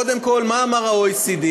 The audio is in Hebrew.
קודם כול, מה אמר ה-OECD?